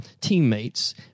teammates